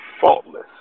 faultless